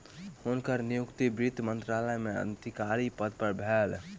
हुनकर नियुक्ति वित्त मंत्रालय में अधिकारी पद पर भेल